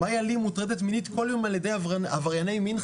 מאיה לי מוטרדת מינית כל יום על ידי עברייני מין,